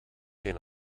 zijn